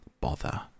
Bother